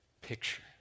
picture